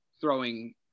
throwing